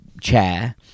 chair